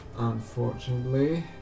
Unfortunately